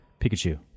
Pikachu